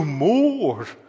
more